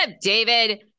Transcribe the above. David